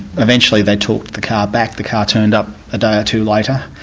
eventually they talked the car back the car turned up a day or two later,